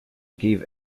gave